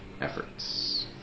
efforts